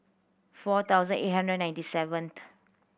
four thousand eight hundred ninety seventh